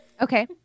Okay